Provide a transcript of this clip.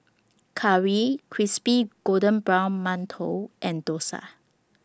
Curry Crispy Golden Brown mantou and Dosa